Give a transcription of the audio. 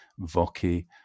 Voki